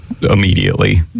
immediately